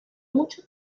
mucho